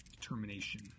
determination